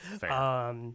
Fair